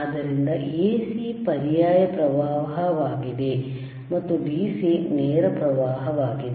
ಆದ್ದರಿಂದ ಎಸಿ ಪರ್ಯಾಯ ಪ್ರವಾಹವಾಗಿದೆ ಮತ್ತು ಡಿಸಿ ನೇರ ಪ್ರವಾಹವಾಗಿದೆ